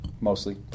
mostly